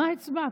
מה הצבעת?